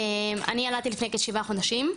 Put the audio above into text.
אני ילדתי לפני כשבעה חודשים.